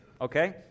Okay